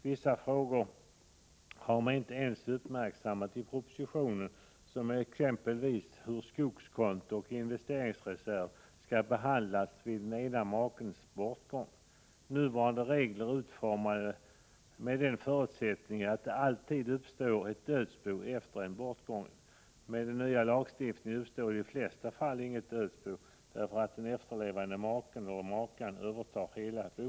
Vissa frågor har man inte ens uppmärksammat i propositionen, t.ex. hur skogskonto och investeringsreserv skall behandlas vid den ena makens bortgång. Nuvarande regler är utformade med den förutsättningen att det alltid uppstår ett dödsbo efter en bortgången. Med den nya lagstiftningen uppstår i de flesta fall inget dödsbo, därför att den efterlevande maken eller makan övertar hela boet.